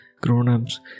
grown-ups